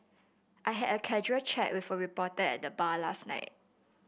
I had a casual chat with a reporter at the bar last night